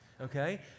okay